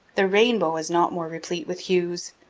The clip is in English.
the rainbow is not more replete with hues.